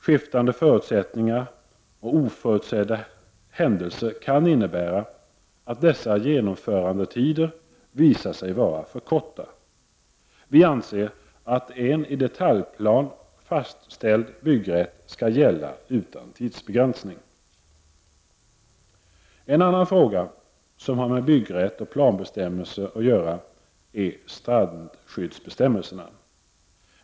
Skiftande förutsättningar och oförutsedda händelser kan innebära att dessa genomförandetider visar sig vara för korta. Vi anser att en i detaljplan fastställd byggrätt skall gälla utan tidsbegränsning. En annan fråga som har med byggrätt och planbestämmelser att göra är strandskyddsbestämmelserna.